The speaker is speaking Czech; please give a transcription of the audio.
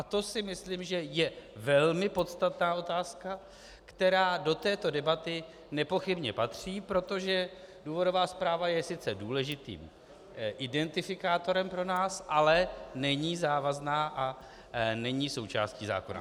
To si myslím, že je velmi podstatná otázka, která do této debaty nepochybně patří, protože důvodová zpráva je sice důležitým identifikátorem pro nás, ale není závazná a není součástí zákona.